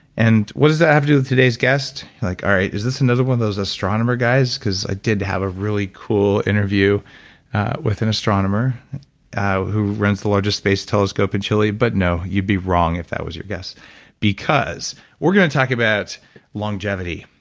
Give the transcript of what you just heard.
and what's the avenue of today's guest? like all right. is this another one of those astronomer guys? because i did have a really cool interview with an astronomer who runs the largest space telescope in chile but no. you'd be wrong if that was your guess because we're going to talk about longevity.